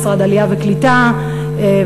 המשרד לקליטת העלייה,